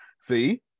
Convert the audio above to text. see